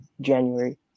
January